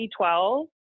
2012